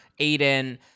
Aiden